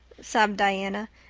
sobbed diana,